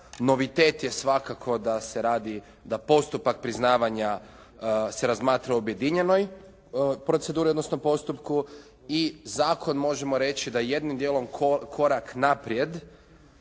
Novitet je svakako da se radi, da postupak priznavanja se razmatra u objedinjenoj proceduri odnosno postupku i zakon možemo reći da je jednim dijelom korak naprijed